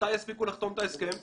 מתי יספיקו לחתום את ההסכם,